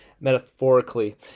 metaphorically